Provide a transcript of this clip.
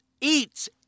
eats